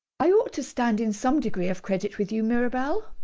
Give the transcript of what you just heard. i ought to stand in some degree of credit with you, mirabell.